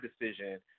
decision